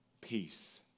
peace